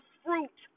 fruit